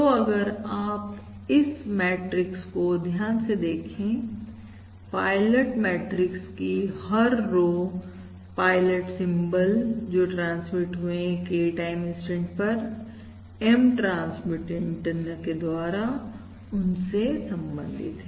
तो अगर आप इस मैट्रिक्स को ध्यान से देखें पायलट मैट्रिक्स की हर रो पायलट सिंबल जो ट्रांसमिट हुए हैं K टाइम इंस्टेंट पर M ट्रांसमिट एंटीना के द्वारा उनसे संबंधित है